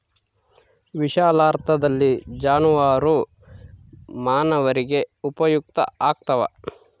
ವಿಶಾಲಾರ್ಥದಲ್ಲಿ ಜಾನುವಾರು ಮಾನವರಿಗೆ ಉಪಯುಕ್ತ ಆಗ್ತಾವ